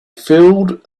filled